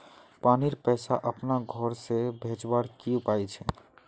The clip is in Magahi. पानीर पैसा अपना घोर से भेजवार की उपाय छे?